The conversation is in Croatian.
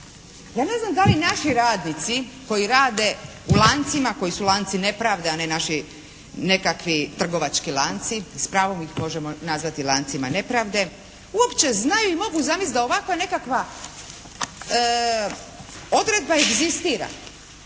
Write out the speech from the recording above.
Ja ne znam da li naši radnici koji rade u lancima, koji su lanci nepravde, a ne naši nekakvi trgovački lanci, sa pravom ih možemo nazvati lancima nepravde uopće znaju i mogu zamisliti da ovakva nekakva odredba egzistira.